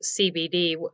CBD